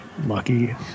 lucky